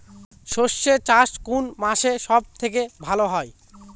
সর্ষে চাষ কোন মাসে সব থেকে ভালো হয়?